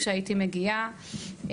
כשהייתי מגיעה.